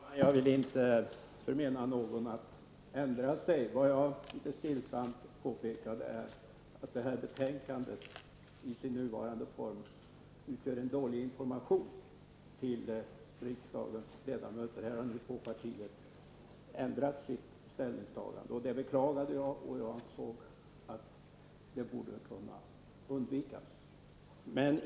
Fru talman! Jag vill inte förmena någon att ändra sig. Vad jag litet stillsamt påpekade var att det här betänkandet i sin nuvarande form utgör en dålig information till riksdagens ledamöter. Här har nu två partier ändrat sitt ställningstagande, vilket jag beklagade, och jag ansåg att det borde kunna undvikas.